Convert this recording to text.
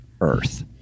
Earth